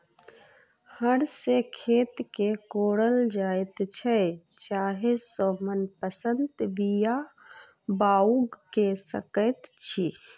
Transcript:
हर सॅ खेत के कोड़ल जाइत छै जाहि सॅ मनपसंद बीया बाउग क सकैत छी